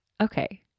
okay